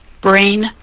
brain